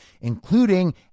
including